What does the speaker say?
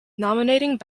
nominating